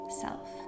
self